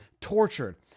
tortured